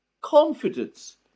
confidence